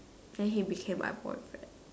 then he became my boyfriend